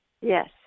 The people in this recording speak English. Yes